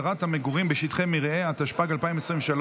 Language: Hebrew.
התשפ"ג 2023,